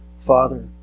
father